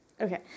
Okay